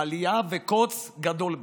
אליה וקוץ גדול בה: